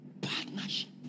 partnership